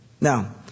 Now